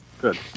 Good